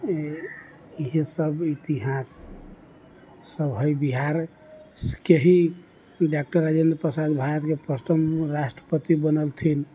यही सब इतिहास सब है बिहारके ही डॉक्टर राजेन्द्र प्रसाद भारतके प्रथम राष्ट्रपति बनलथिन